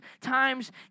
times